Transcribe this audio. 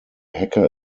hacker